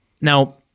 Now